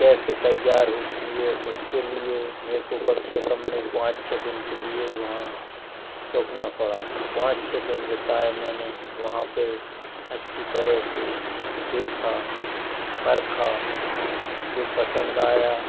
कैसे तैयार होती है उसके लिए मे को कम से कम नहीं पाँच छः दिन के लिए वहाँ रुकना पड़ा पाँच छः दिन बिताए मैंने वहाँ पर अच्छी तरह से देखा परखा जो पसंद आया